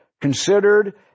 considered